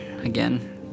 again